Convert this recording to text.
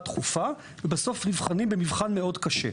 הדחופה ובסוף נבחנים במבחן מאוד קשה.